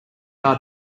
are